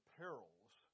perils